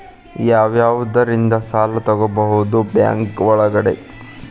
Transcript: ಯಾವ್ಯಾವುದರಿಂದ ಸಾಲ ತಗೋಬಹುದು ಬ್ಯಾಂಕ್ ಒಳಗಡೆ?